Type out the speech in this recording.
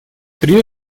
три